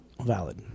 Valid